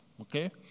okay